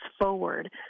forward